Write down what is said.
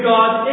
God